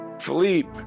philippe